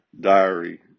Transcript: diary